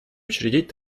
учредить